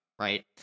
right